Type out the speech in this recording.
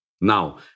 Now